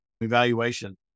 evaluation